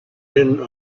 been